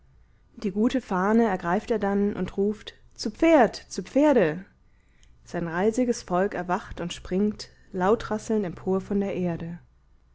die gute fahne ergreift er dann und ruft zu pferd zu pferde sein reisiges volk erwacht und springt lautrasselnd empor von der erde